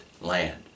land